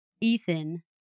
Ethan